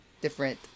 different